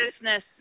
business